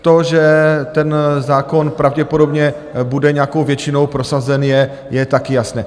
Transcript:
To, že ten zákon pravděpodobně bude nějakou většinou prosazen, je taky jasné.